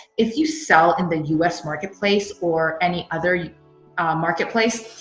if you sell in the us marketplace or any other marketplace,